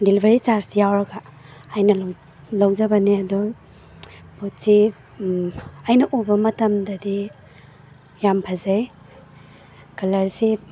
delivery charge ꯌꯥꯎꯔꯒ ꯑꯩꯅ ꯂꯧꯖꯕꯅꯦ ꯑꯗꯣ ꯄꯣꯠꯁꯦ ꯑꯩꯅ ꯎꯕ ꯃꯇꯝꯗꯗꯤ ꯌꯥꯝ ꯐꯖꯩ ꯀꯂꯔꯁꯤ